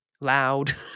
loud